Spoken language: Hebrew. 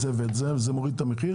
את זה ואת זה זה מוריד את המחיר?